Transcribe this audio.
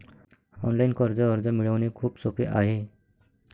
online कर्ज अर्ज मिळवणे खूप सोपे आहे